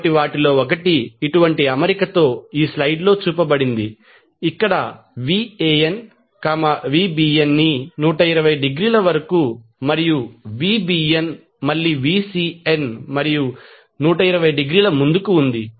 కాబట్టి వాటిలో ఒకటి ఇటువంటి అమరికతో ఈ స్లయిడ్ లో చూపబడింది ఇక్కడ Van Vbn ని 120 డిగ్రీల వరకు మరియు Vbnమళ్ళీVcn మరియు 120 డిగ్రీల ముందుకు ఉంది